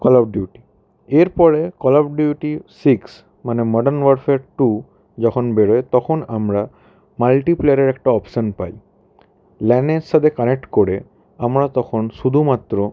call of duty এরপরে call of duty six মানে modern warfare two যখন বেরোয় তখন আমরা মাল্টি প্লেয়ারের একটা অপশান পাই ল্যানের সাথে কানেক্ট করে আমরা তখন শুধুমাত্র